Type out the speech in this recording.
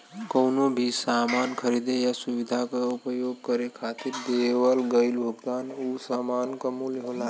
कउनो भी सामान खरीदे या सुविधा क उपभोग करे खातिर देवल गइल भुगतान उ सामान क मूल्य होला